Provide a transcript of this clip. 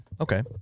Okay